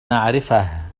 نعرفه